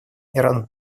иран